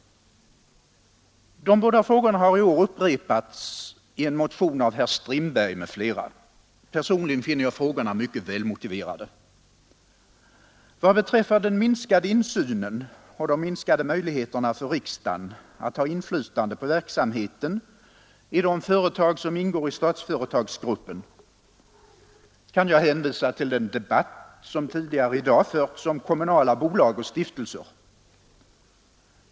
Dessa båda frågor har i år upprepats i en motion av herr Strindberg m.fl. Personligen finner jag frågorna mycket väl motiverade. Vad beträffar den minskade insynen och de minskade möjligheterna för riksdagen att ha inflytande på verksamheten i de företag som ingår i Statsföretagsgruppen, kan jag hänvisa till den debatt som tidigare i dag förts om kommunala bolag och stiftelser.